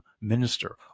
minister